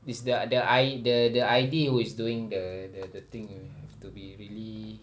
is the the I the the I_D who is doing the the the thing have to be really